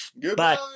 Goodbye